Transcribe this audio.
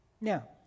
Now